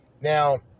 Now